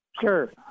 sure